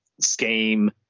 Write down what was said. scheme